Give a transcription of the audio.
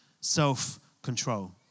self-control